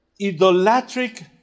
idolatric